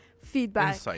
feedback